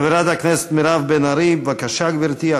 חברת הכנסת מירב בן ארי, בבקשה, גברתי.